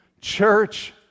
Church